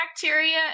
bacteria